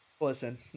Listen